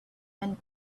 and